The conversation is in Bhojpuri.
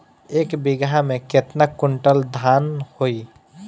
एक बीगहा में केतना कुंटल धान होई?